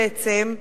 בעצם,